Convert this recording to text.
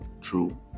True